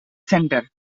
center